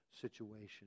situation